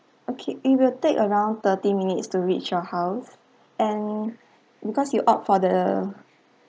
okay it will take around thirty minutes to reach your house and because you opt for the